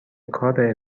کاره